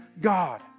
God